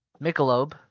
Michelob